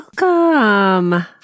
welcome